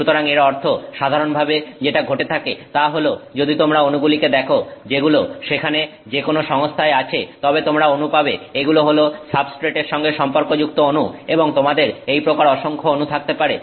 সুতরাং এর অর্থ হল সাধারণভাবে যেটা ঘটে থাকে তাহল যদি তোমরা অনুগুলিকে দেখো যেগুলো সেখানে যেকোনো সংস্থায় আছে তবে তোমরা অনু পাবে এগুলো হলো সাবস্ট্রেটের সঙ্গে সম্পর্কযুক্ত অনু এবং তোমাদের এই প্রকার অসংখ্য অনু থাকতে পারে